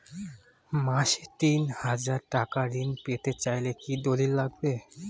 মাসে তিন হাজার টাকা ঋণ পেতে চাইলে কি দলিল লাগবে?